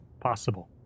possible